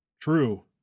True